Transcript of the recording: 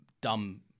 dumb